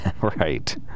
Right